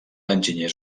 enginyers